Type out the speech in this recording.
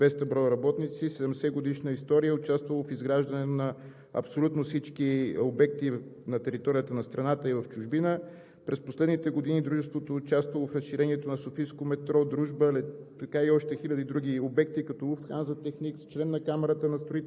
За изпълнението, понеже беше казано, че няма и работници – 200 броя работници, 70-годишна история, участвало в изграждане на абсолютно всички обекти на територията на страната и в чужбина. През последните години дружеството е участвало в разширението на софийското метро – „Дружба“, и